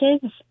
kids